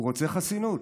הוא רוצה חסינות.